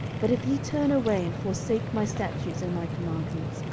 but if ye turn away, and forsake my statutes and my commandments,